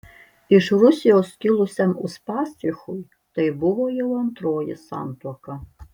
iš rusijos kilusiam uspaskichui tai buvo jau antroji santuoka